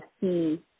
see